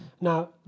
Now